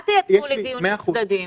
אל תייצרו לי דיונים צדדיים.